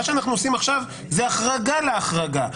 מה שאנחנו עושים עכשיו זה החרגה להחרגה,